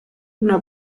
una